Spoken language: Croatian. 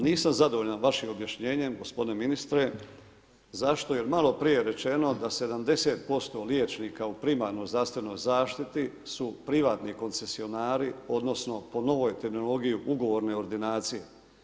Nisam zadovoljan vašim objašnjenjem gospodine ministre, zašto, jer je maloprije rečeno da se 70&% liječnika u primarnoj zdravstvenoj zaštiti su privatni koncesionari odnosno po novoj terminologiji ugovorne ordinacije.